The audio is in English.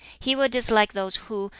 he will dislike those who,